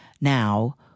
now